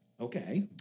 Okay